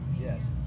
yes